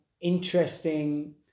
Interesting